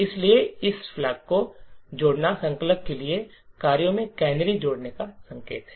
इसलिए इस ध्वज को जोड़ना संकलक के लिए कार्यों में कैनरी जोड़ने का संकेत है